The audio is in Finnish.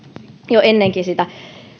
jo ennenkin sitä